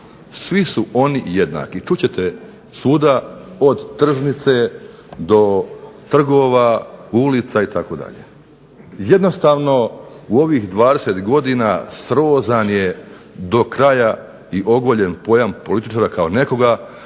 "Svi su oni jednaki" čuti ćete svuda od tržnice do trgova, ulica itd. Jednostavno u ovih 20 godina srozan je do kraja i ogoljen pojam političara kao nekoga